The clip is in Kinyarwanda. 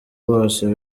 bose